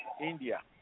India